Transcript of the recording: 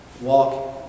walk